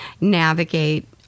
navigate